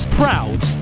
proud